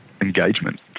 Engagement